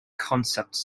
concepts